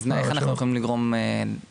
אז איך אנחנו יכולים לגרום לאנשים,